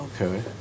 Okay